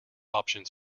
options